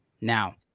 Now